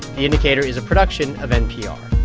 the indicator is a production of npr